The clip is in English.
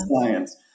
science